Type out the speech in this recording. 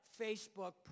Facebook